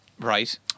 Right